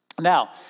now